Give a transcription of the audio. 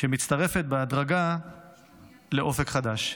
שמצטרפת בהדרגה לאופק חדש.